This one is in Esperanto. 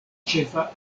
ĉefa